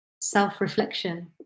self-reflection